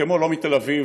כמו שלא מתל אביב,